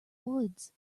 woods